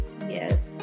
Yes